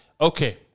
Okay